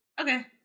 Okay